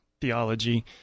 theology